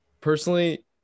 Personally